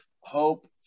hope